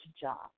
jobs